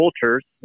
cultures